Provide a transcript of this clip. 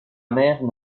mère